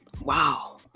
wow